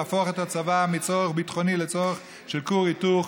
להפוך את הצבא מצורך ביטחוני לצורך של כור היתוך,